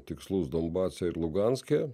tikslus donbase ir luganske